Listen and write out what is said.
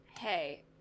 Hey